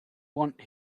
want